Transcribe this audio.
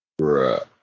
bruh